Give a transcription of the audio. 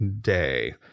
day